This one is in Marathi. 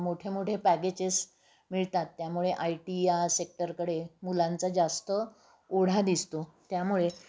मोठे मोठे पॅगेचेस मिळतात त्यामुळे आय टी या सेक्टरकडे मुलांचा जास्त ओढा दिसतो त्यामुळे